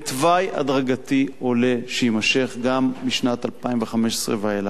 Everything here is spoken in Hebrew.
בתוואי הדרגתי עולה שיימשך גם בשנת 2015 ואילך.